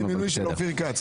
מקלב זה מינוי של אופיר כץ.